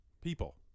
people